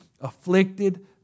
afflicted